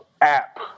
app